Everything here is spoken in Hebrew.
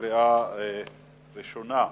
בקריאה ראשונה,